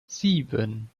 sieben